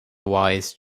wise